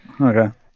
Okay